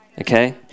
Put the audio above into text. okay